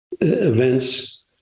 events